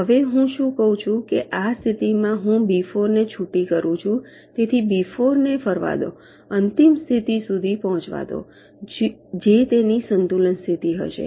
હવે હું શું કહું છું કે આ સ્થિતિમાં હું બી 4 ને છૂટી કરું છું તેથી બી 4 ને ફરવા દો અને અંતિમ સ્થિતિ સુધી પહોંચવા દો જે તેની સંતુલન સ્થિતિ હશે